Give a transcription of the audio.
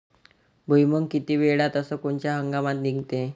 भुईमुंग किती वेळात अस कोनच्या हंगामात निगते?